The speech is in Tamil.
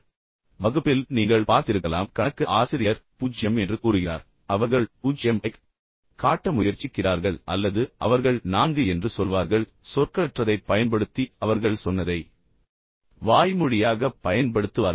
எனவே வகுப்பில் நீங்கள் பார்த்திருக்கலாம் கணக்கு ஆசிரியர் 0 என்று கூறுகிறார் பின்னர் அவர்கள் 0 ஐக் காட்ட முயற்சிக்கிறார்கள் அல்லது அவர்கள் 4 என்று சொல்வார்கள் பின்னர் அவர்கள் மீண்டும் சொல்வார்கள் சொற்களற்றதைப் பயன்படுத்தி அவர்கள் சொன்னதை வாய்மொழியாகப் பயன்படுத்துவார்கள்